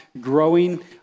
growing